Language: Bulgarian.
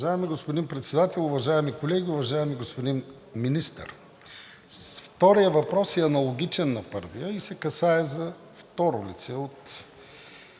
Уважаеми господин Председател, уважаеми колеги! Уважаеми господин Министър, вторият въпрос е аналогичен на първия и се касае за второ лице от